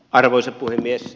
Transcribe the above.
arvoisa puhemies